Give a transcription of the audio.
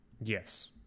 Yes